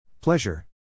Pleasure